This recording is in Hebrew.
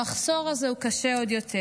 המחסור הזה הוא קשה עוד יותר.